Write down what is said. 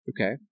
Okay